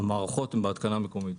נכון, המערכות הן בהתקנה מקומית.